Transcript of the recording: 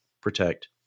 protect